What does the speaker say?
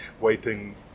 Waiting